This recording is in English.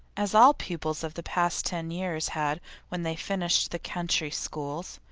as all pupils of the past ten years had when they finished the country schools.